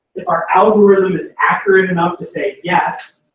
our algorithm is accurate enough to say, yes,